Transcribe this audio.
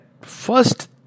first